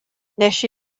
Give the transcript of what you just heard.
wnes